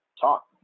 talk